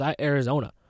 Arizona